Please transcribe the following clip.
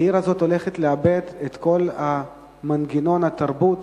העיר הזאת הולכת לאבד את כל מנגנון התרבות